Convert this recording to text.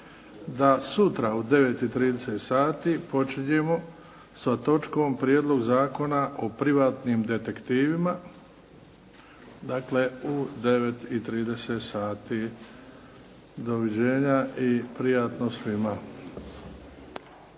da sutra u 9 i 30 sati počinjemo sa točkom Prijedlog zakona o privatnim detektivima. Dakle u 9 i 30 sati. Doviđenja i prijatno svima.